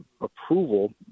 approval